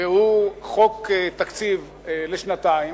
חוק תקציב לשנתיים,